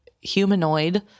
humanoid